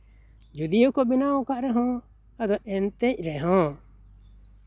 ᱡᱚᱫᱤᱭᱳ ᱠᱚ ᱵᱮᱱᱟᱣ ᱠᱟᱜ ᱨᱮᱦᱚᱸ ᱟᱫᱚ ᱮᱱᱛᱮᱡ ᱨᱮᱦᱚᱸ